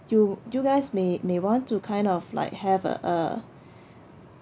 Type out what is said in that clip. you you guys may may want to kind of like have a a